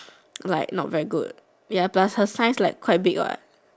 like not very good ya plus her size like quite big what